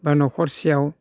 बा न'खरसेयाव